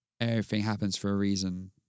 everything-happens-for-a-reason